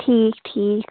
ٹھیٖک ٹھیٖک